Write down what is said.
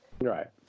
Right